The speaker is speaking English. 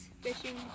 fishing